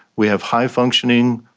we have high-functioning,